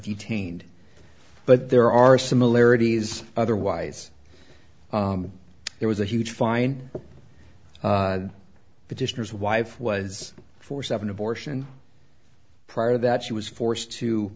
detained but there are similarities otherwise there was a huge fine petitioner's wife was for seven abortion prior that she was forced to